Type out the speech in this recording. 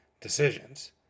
decisions